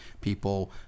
people